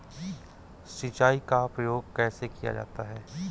सिंचाई का प्रयोग कैसे किया जाता है?